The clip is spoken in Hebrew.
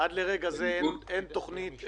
עד לרגע זה אין תוכנית,